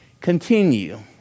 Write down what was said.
Continue